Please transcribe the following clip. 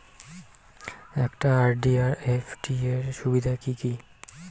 একটা আর.ডি আর এফ.ডি এর সুবিধা কি কি?